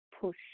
push